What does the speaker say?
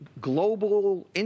global